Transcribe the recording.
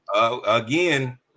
Again